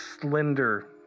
slender